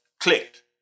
clicked